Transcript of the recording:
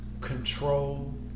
control